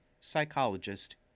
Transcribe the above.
psychologist